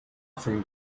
from